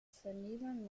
vernehmen